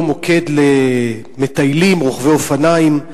בנוסף על היותו מוקד למטיילים ורוכבי אופניים,